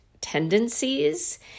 tendencies